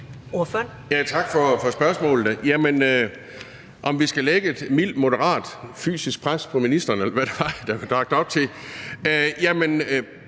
Til spørgsmålet om, hvorvidt vi skal ligge et mildt til moderat fysisk pres på ministeren, eller hvad det nu var, der blev lagt op til: